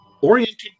oriented